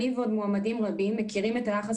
אני ועוד מועמדים רבים מכירים את היחס